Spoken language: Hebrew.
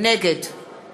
נגד